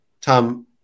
Tom